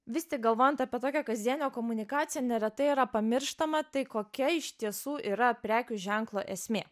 vis galvojant apie tokią kasdienę komunikaciją neretai yra pamirštama tai kokia iš tiesų yra prekių ženklo esmė